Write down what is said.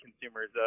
consumers